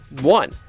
One